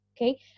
okay